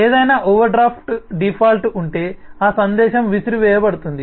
ఏదైనా overdraft default ఉంటే ఆ సందేశం విసిరివేయబడుతుంది